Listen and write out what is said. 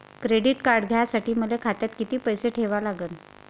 Credit card घ्यासाठी मले खात्यात किती पैसे ठेवा लागन?